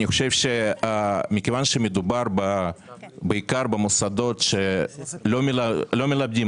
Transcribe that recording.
כיוון שמדובר בעיקר במוסדות שלא מלמדים